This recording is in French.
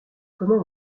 comment